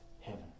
heaven